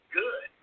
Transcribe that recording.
good